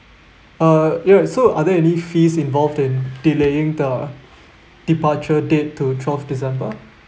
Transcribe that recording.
uh ya so are there any fees involved in delaying the departure date to twelve december